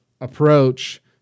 approach